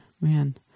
man